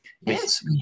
Yes